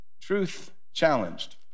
truth-challenged